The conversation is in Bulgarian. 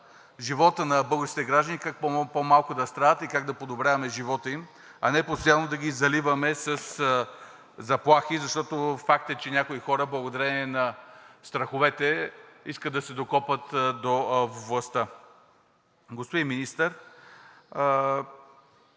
живота на българските граждани, как може по-малко да страдат и как да подобряваме живота им, а не постоянно да ги заливаме със заплахи, защото факт е, че някои хора благодарение на страховете искат да се докопат до властта. Господин Министър,